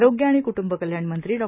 आरोग्य आणि कुटुंब कल्याण मंत्री डॉ